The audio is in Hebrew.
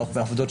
בסוף זה